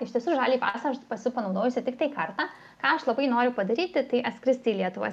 iš tiesų žaliąjį pasą aš esu panaudojusi tiktai kartą ką aš labai noriu padaryti tai atskristi į lietuvą